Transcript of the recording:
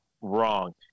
wrong